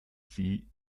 sie